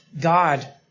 God